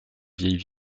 vieille